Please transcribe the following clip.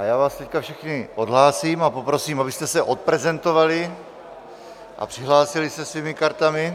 Já vás teď všechny odhlásím a poprosím, abyste se odprezentovali a přihlásili se svými kartami.